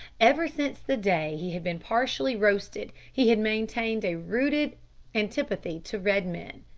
ever since the day he had been partially roasted he had maintained a rooted antipathy to red-men.